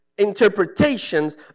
Interpretations